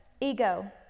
ego